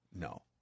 no